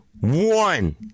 one